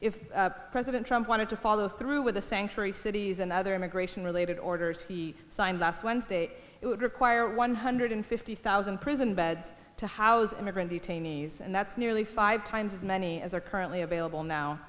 if president trump wanted to follow through with the sanctuary cities and other immigration related orders he signed last wednesday it would require one hundred fifty thousand prison beds to house immigrant detainees and that's nearly five times as many as are currently available now